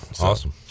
Awesome